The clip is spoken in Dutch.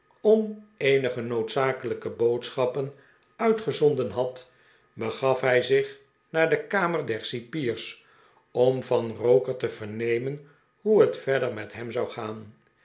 om eenige noodzakelijke boodschappen uitgezonden had begaf hij zich naar de kamer der cipiers om van roker te vernemen hoe het verder met hem zou gaan